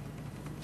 במליאה.